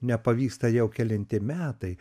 nepavyksta jau kelinti metai